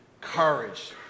Courage